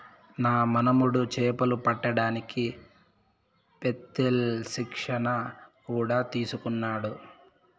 నా మనుమడు చేపలు పట్టడానికి పెత్తేల్ శిక్షణ కూడా తీసుకున్నాడు